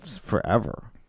forever